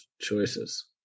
choices